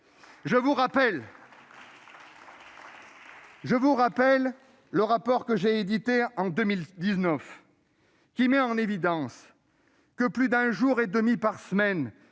Je vous rappelle le rapport que j'ai réalisé en 2019, lequel met en évidence que plus d'un jour et demi par semaine